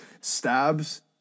stabs